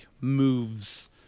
moves